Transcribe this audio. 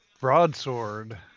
Broadsword